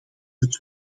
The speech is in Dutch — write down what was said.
het